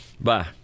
Bye